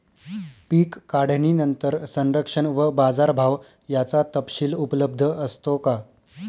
पीक काढणीनंतर संरक्षण व बाजारभाव याचा तपशील उपलब्ध असतो का?